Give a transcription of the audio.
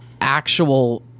actual